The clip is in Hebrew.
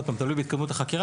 תלוי בהתקדמות החקירה.